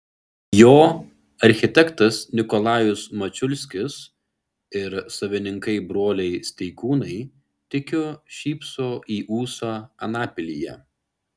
jo architektas nikolajus mačiulskis ir savininkai broliai steikūnai tikiu šypso į ūsą anapilyje